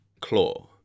claw